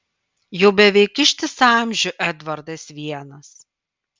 jau beveik ištisą amžių edvardas vienas